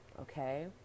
okay